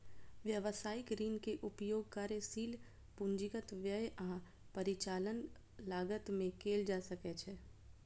व्यवसायिक ऋण के उपयोग कार्यशील पूंजीगत व्यय आ परिचालन लागत मे कैल जा सकैछ